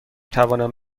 توانم